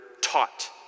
taught